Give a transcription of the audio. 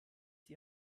die